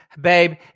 Babe